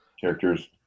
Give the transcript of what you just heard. characters